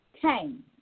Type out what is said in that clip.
came